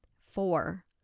Four